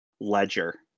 ledger